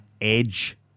Edge